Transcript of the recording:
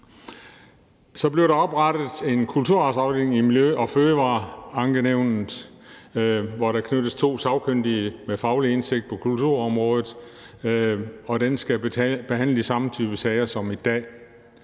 Så skal der oprettes en kulturarvsafdeling i Miljø- og Fødevareklagenævnet, hvor der tilknyttes to sagkyndige med faglig indsigt i kulturområdet, og den skal behandle den samme type sager, som i dag